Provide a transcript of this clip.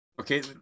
okay